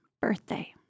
birthday